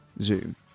Zoom